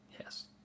yes